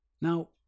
Now